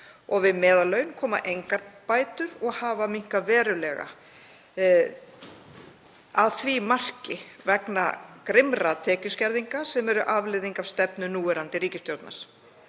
og við meðallaun koma engar bætur og hafa þær lækkað verulega að því marki vegna grimmra tekjuskerðinga sem eru afleiðing af stefnu núverandi ríkisstjórnar.